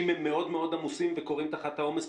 מאוד מאוד עמוסים וכורעים תחת העומס,